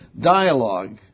dialogue